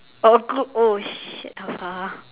a crook~ oh shit afar